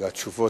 על התשובות